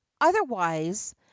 otherwise